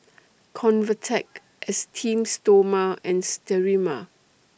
Convatec Esteem Stoma and Sterimar